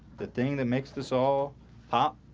the thing that makes this all pop